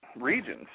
regions